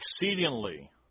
exceedingly